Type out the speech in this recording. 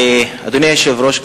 אדוני היושב-ראש,